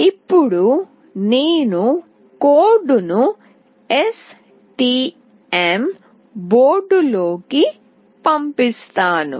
ఇప్పుడు నేను కోడ్ ను STM బోర్డులోకి పంపిస్తాను